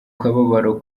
kababaro